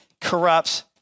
corrupts